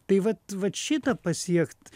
tai vat vat šitą pasiekt